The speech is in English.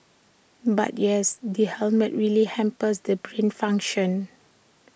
but yes the helmet really hampers the brain function